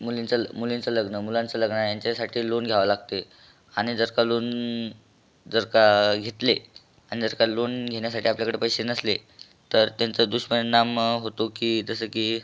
मुलींचं ल मुलींचं लग्न मुलांचं लग्न आहे यांच्यासाठी लोन घ्यावं लागते आणि जर का लोन जर का घेतले आणि जर का लोन घेण्यासाठी आपल्याकडे पैसे नसले तर त्यांचा दुष्परिणाम होतो की जसं की